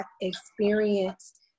experience